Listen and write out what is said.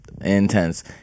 intense